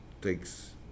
takes